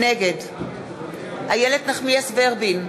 נגד איילת נחמיאס ורבין,